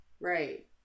Right